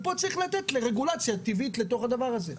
ופה צריך לתת לרגולציה טבעית לתוך הדבר הזה.